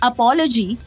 Apology